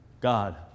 God